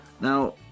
Now